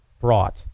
brought